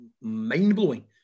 mind-blowing